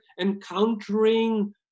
encountering